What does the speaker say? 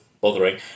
bothering